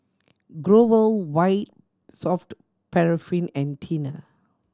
Growell White Soft Paraffin and Tena